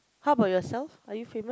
how about yourself are you famous